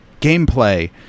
gameplay